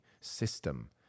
system